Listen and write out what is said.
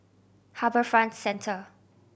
HarbourFront Centre